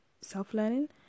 self-learning